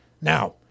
Now